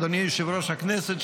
אדוני יושב-ראש הכנסת,